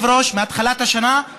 כמה חקירות